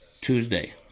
Tuesday